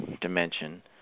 dimension